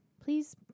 Please